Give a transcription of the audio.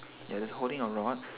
ya it's holding a rod